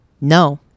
no